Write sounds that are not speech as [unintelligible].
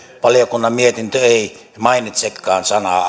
valiokunnan mietintö ei mainitsekaan sanaa [unintelligible]